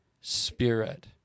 spirit